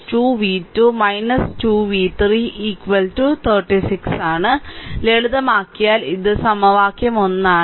7 v1 2 v2 2 v3 36 ലളിതമാക്കിയാൽ ഇത് സമവാക്യം 1